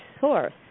source